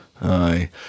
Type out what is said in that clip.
aye